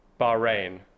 Bahrain